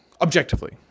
objectively